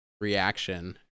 reaction